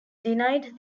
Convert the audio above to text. denied